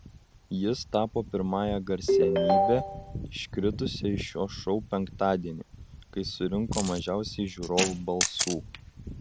jis tapo pirmąja garsenybe iškritusia iš šio šou penktadienį kai surinko mažiausiai žiūrovų balsų